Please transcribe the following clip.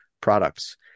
products